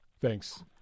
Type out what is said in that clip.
Thanks